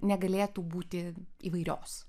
negalėtų būti įvairios